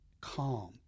Calm